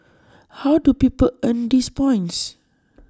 how do people earn these points